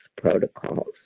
protocols